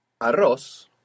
Arroz